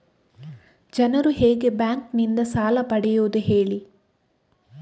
ಜನರು ಹೇಗೆ ಬ್ಯಾಂಕ್ ನಿಂದ ಸಾಲ ಪಡೆಯೋದು ಹೇಳಿ